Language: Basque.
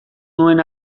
nuen